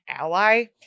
ally